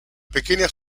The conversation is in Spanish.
pequeña